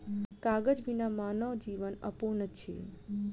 कागज बिना मानव जीवन अपूर्ण अछि